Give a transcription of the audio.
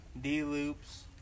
D-loops